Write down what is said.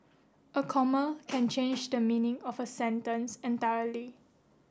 a comma can change the meaning of a sentence entirely